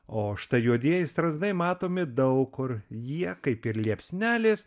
o štai juodieji strazdai matomi daug kur jie kaip ir liepsnelės